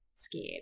Scared